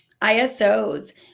ISOs